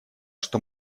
что